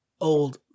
old